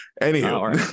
Anyhow